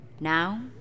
Now